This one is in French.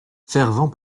fervent